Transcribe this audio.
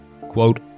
Quote